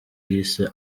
yise